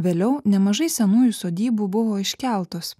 vėliau nemažai senųjų sodybų buvo iškeltos